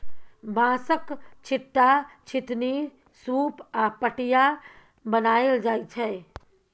बाँसक, छीट्टा, छितनी, सुप आ पटिया बनाएल जाइ छै